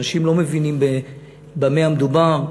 אנשים לא מבינים במה מדובר.